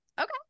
Okay